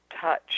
touch